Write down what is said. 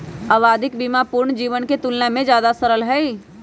आवधिक बीमा पूर्ण जीवन के तुलना में ज्यादा सरल हई